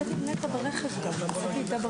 11:22.